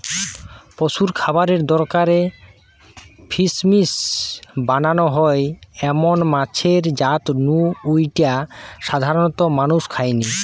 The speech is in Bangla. পশুর খাবারের দরকারে ফিসমিল বানানা হয় এমন মাছের জাত নু জউটা সাধারণত মানুষ খায়নি